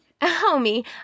Homie